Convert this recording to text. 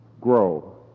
grow